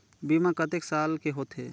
बीमा कतेक साल के होथे?